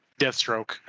Deathstroke